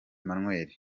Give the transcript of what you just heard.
emmanuel